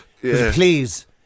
Please